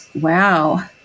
Wow